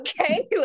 okay